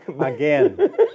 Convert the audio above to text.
again